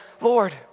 Lord